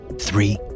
Three